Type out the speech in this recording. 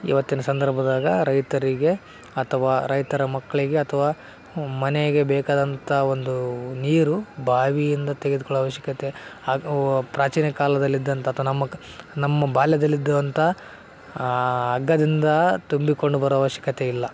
ಇವತ್ತಿನ ಸಂದರ್ಭದಾಗ ರೈತರಿಗೆ ಅಥವಾ ರೈತರ ಮಕ್ಕಳಿಗೆ ಅಥವಾ ಮನೆಗೆ ಬೇಕಾದಂಥ ಒಂದು ನೀರು ಬಾವಿಯಿಂದ ತೆಗೆದುಕೊಳ್ಳುವ ಅವಶ್ಯಕತೆ ಹಾಗೂ ಪ್ರಾಚೀನ ಕಾಲದಲ್ಲಿ ಇದ್ದಂಥ ಅಥವಾ ನಮ್ಮ ಕ ನಮ್ಮ ಬಾಲ್ಯದಲ್ಲಿ ಇದ್ದಂಥ ಹಗ್ಗದಿಂದ ತುಂಬಿಕೊಂಡು ಬರುವ ಅವಶ್ಯಕತೆ ಇಲ್ಲ